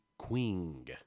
Queen